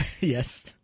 Yes